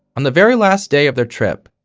on the very last day of their trip,